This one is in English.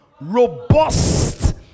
Robust